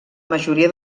majoria